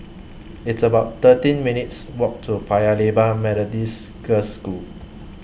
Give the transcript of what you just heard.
It's about thirteen minutes' Walk to Paya Lebar Methodist Girls' School